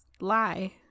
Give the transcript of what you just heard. lie